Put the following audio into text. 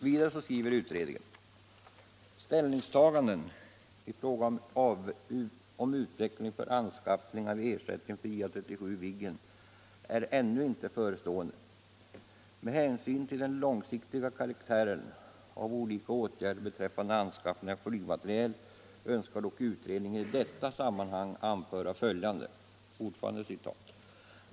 Vidare skriver utredningen: ”Ställningstaganden till frågan om utveckling för anskaffning av ersättning till JA 37 Viggen är ännu inte förestående. Med hänsyn till den långsiktiga karaktären av olika åtgärder beträffande anskaffningen av flygmateriel önskar dock utredningen i detta sammanhang anföra följande.